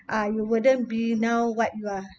uh you wouldn't be now what you are